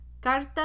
carta